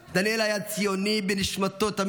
דניאל היה ציוני בנשמתו תמיד,